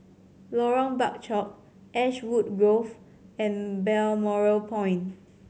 Lorong Bachok Ashwood Grove and Balmoral Point